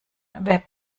web